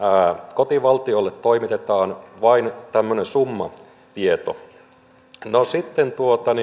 kotivaltiolle toimitetaan vain tämmöinen summatieto no sitten